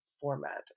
format